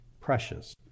precious